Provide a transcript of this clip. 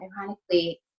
ironically